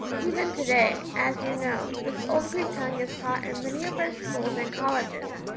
even to-day, as you know, this old greek tongue is taught in many of our schools and colleges,